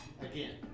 again